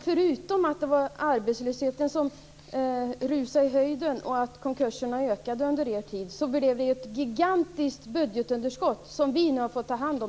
Förutom att arbetslösheten rusade i höjden och att konkurserna ökade under er tid, blev det ett gigantiskt budgetunderskott som vi har fått ta hand om.